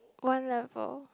one level